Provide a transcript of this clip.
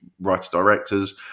writer-directors